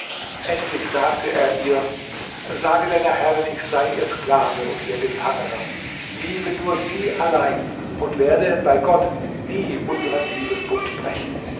endlich sagte er ihr sage deiner herrin ich sei ihr sklave und ihr gefangener liebe nur sie allein und werde bei gott nie unseren liebesbund brechen